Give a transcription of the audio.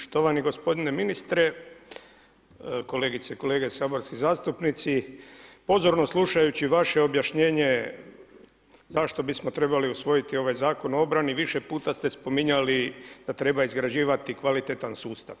Štovani gospodine ministre, kolegice i kolege saborski zastupnici, pozorno slušajući vaše objašnjenje zašto bismo trebali usvojiti ovaj Zakon o obrani, više puta ste spominjali da treba izgrađivati kvalitetan sustav.